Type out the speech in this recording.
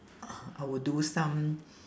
I would do some